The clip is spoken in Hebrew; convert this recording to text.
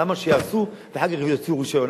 למה שיהרסו ואחר כך יוציאו רשיון?